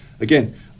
Again